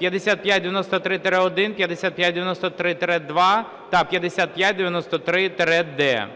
5593-1, 5593-2 та 5593-д).